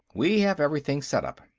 we have everything set up.